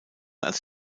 als